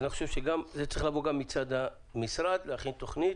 אני חושב שזה צריך לבוא גם מצד המשרד להכין תכנית.